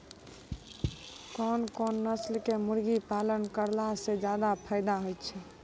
कोन कोन नस्ल के मुर्गी पालन करला से ज्यादा फायदा होय छै?